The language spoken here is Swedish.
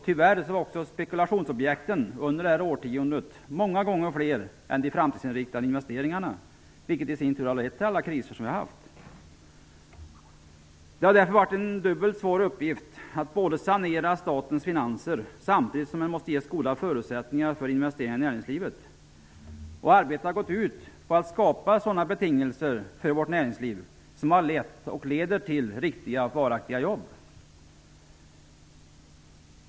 Tyvärr var också spekulationsobjekten under det årtiondet många gånger fler än de framtidsinriktade investeringarna. Det har i sin tur lett fram till alla kriser. Det har därför varit en dubbelt svår uppgift att sanera statens finanser samtidigt som det måste ges goda förutsättningar för investeringar i näringslivet. Arbetet har gått ut på att skapa sådana betingelser för vårt näringsliv som lett, och leder, till riktiga och varaktiga jobb.